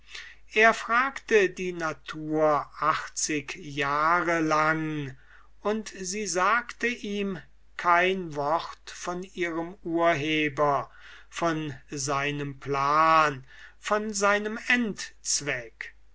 er fragte die natur achtzig jahre lang und sie sagte ihm kein wort von ihrem urheber von seinem plan von seinem endzweck